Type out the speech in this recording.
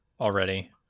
already